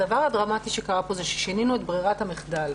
הדבר הדרמטי שקרה פה הוא ששינינו את ברירת המחדל.